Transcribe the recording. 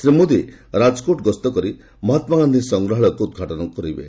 ଶ୍ରୀ ମୋଦି ରାଜକୋଟ ଗସ୍ତ କରି ମହାତ୍ମାଗାନ୍ଧି ସଂଗ୍ରହାଳୟକୁ ଉଦ୍ଘାଟନ କରିବେ